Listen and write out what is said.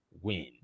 win